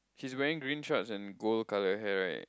he's wearing green shorts and gold color hair right